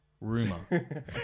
rumor